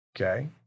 okay